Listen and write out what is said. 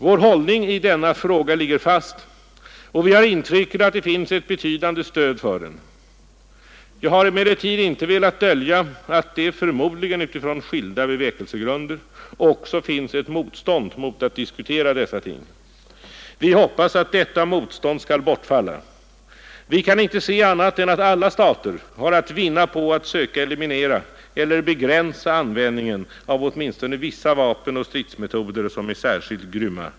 Vår hållning i denna fråga ligger fast, och vi har intrycket att det finns ett betydande stöd för den. Jag har emellertid inte velat dölja att det — förmodligen utifrån skilda bevekelsegrunder — också finns ett motstånd mot att diskutera dessa ting. Vi hoppas att detta motstånd skall bortfalla. Vi kan inte se annat än att alla stater har att vinna på att söka eliminera eller begränsa användningen av åtminstone vissa vapen och stridsmetoder som är särskilt grymma.